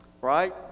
Right